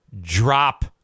drop